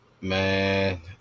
Man